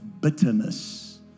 bitterness